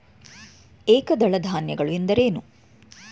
ಏಕದಳ ಧಾನ್ಯಗಳು ಎಂದರೇನು?